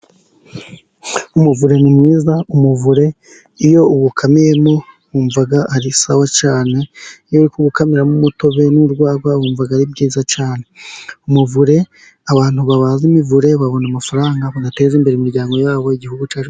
Umuvure ni mwiza, umuvure iyo uwukamiyemo wumva ari sawa cyane, iyo uri gukamiramo umutobe n'urwagwa bumvaga ari byiza cyane, umuvure abantu babaza imivure babona amafaranga bagateza imbere imiryango yabo igihugu cyacu.